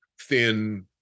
thin